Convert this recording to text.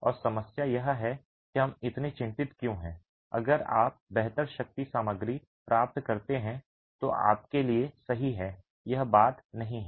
और समस्या यह है कि हम इतने चिंतित क्यों हैं अगर आप बेहतर शक्ति सामग्री प्राप्त करते हैं तो आपके लिए सही है यह बात नहीं है